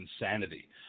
insanity